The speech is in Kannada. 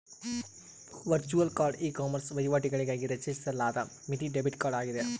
ವರ್ಚುಯಲ್ ಕಾರ್ಡ್ ಇಕಾಮರ್ಸ್ ವಹಿವಾಟುಗಳಿಗಾಗಿ ರಚಿಸಲಾದ ಮಿತಿ ಡೆಬಿಟ್ ಕಾರ್ಡ್ ಆಗಿದೆ